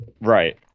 Right